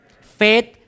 Faith